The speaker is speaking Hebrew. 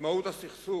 את מהות הסכסוך,